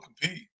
compete